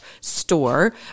store